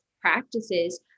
practices